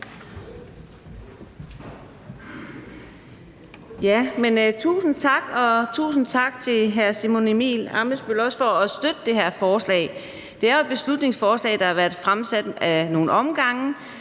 tusind tak til hr. Simon Emil Ammitzbøll-Bille for at støtte det her forslag. Det er jo et beslutningsforslag, der har været fremsat ad nogle omgange,